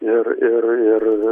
ir ir ir